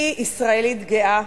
אני ישראלית גאה,